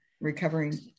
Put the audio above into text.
recovering